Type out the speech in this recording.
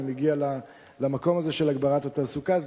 אני מגיע למקום הזה של הגברת התעסוקה.